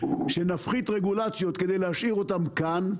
נפחית רגולציות כדי להשאיר אותם כאן,